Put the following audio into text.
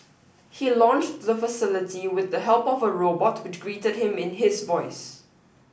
he launched the facility with the help of a robot which greeted him in his voice